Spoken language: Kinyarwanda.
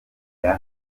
nyina